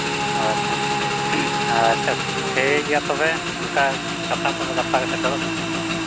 ᱦᱳᱭ ᱛᱚ ᱟᱪᱪᱷᱟ ᱴᱷᱤᱠ ᱜᱮᱭᱟ ᱛᱚᱵᱮ ᱚᱱᱠᱟ ᱠᱟᱛᱷᱟ ᱛᱚᱵᱮ ᱜᱟᱯᱟ ᱥᱮᱴᱮᱨᱚᱜ ᱵᱮᱱ